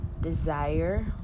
desire